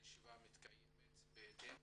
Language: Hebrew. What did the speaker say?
הישיבה מתקיימת בהתאם